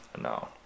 No